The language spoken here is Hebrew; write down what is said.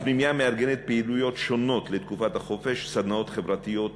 הפנימייה מארגנת פעילויות שונות לתקופת החופש: סדנאות חברתיות,